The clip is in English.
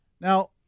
Now